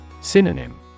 Synonym